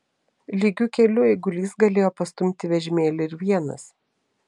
lygiu keliu eigulys galėjo pastumti vežimėlį ir vienas